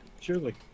surely